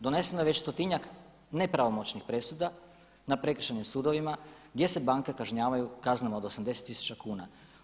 Doneseno je već stotinjak nepravomoćnih presuda na prekršajnim sudovima gdje se banke kažnjavaju kaznama od 80 tisuća kuna.